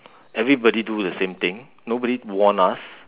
everybody do the same thing nobody warn us